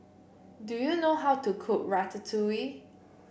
do you know how to cook Ratatouille